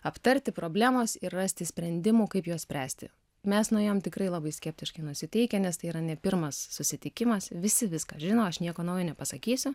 aptarti problemos ir rasti sprendimų kaip juos spręsti mes nuėjom tikrai labai skeptiškai nusiteikę nes tai yra ne pirmas susitikimas visi viską žino aš nieko naujo nepasakysiu